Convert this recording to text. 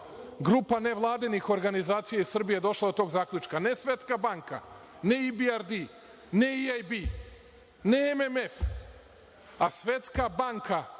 Grupa nevladinih organizacija iz Srbije je došla do tog zaključka, ne Svetska banka, ne EBRD, ne IAB, ne MMF. A, Svetska banka